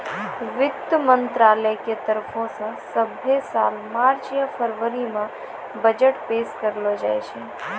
वित्त मंत्रालय के तरफो से सभ्भे साल मार्च या फरवरी मे बजट पेश करलो जाय छै